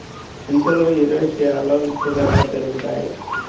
మెంతులు యురేషియాలో విస్తృతంగా పెరుగుతాయి